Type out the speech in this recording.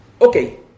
Okay